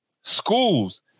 schools